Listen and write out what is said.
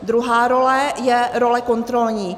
Druhá role je role kontrolní.